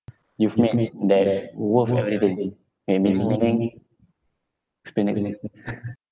you've made that worth everything maybe rewarding